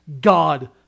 God